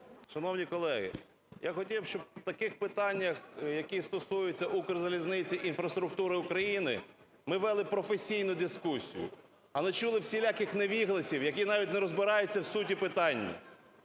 Шановні колеги, я хотів би, щоб в таких питаннях, які стосуються "Укрзалізниці" і інфраструктури України, ми вели професійну дискусію, а не чули всіляких невігласів, які навіть не розбираються в суті питання.